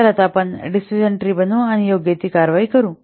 तर आता आपण डिसिजन ट्री बनवू आणि योग्य ती कारवाई करू